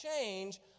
change